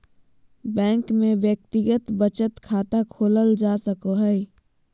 bank में व्यक्तिगत बचत खाता खोलल जा सको हइ